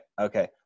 okay